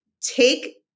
take